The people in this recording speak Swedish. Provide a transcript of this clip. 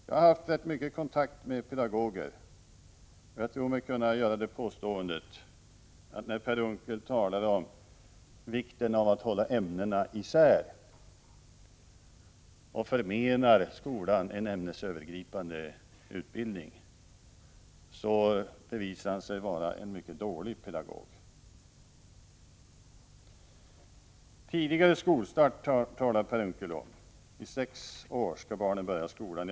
Jag har haft rätt mycket kontakt med pedagoger, och jag tror mig kunna göra det påståendet att när Per Unckel talar om vikten av att hålla ämnena isär och förmenar skolan en ämnesövergripande utbildning visar han sig vara en mycket dålig pedagog. Tidigare skolstart talar Per Unckel om. Vid sex års ålder skall barnen börja skolan.